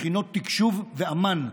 מכינות תקשוב ואמ"ן,